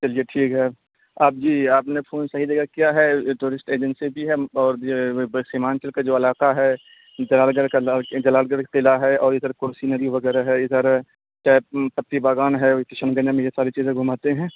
چلیے ٹھیک ہے آپ جی آپ نے فون صحیح جگہ کیا ہے یہ ٹورسٹ ایجنسی بھی ہے اور یہ سیمانچل کا جو علاقہ ہے جلال گڑھ جلال گڑھ قلعہ ہے اور ادھر کرسی ندی وغیرہ ہے ادھر کیا ہے پتی باغان ہے کشن گنج میں یہ ساری چیزیں گھماتے ہیں